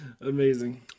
Amazing